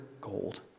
gold